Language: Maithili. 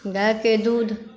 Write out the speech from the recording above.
गायके दूध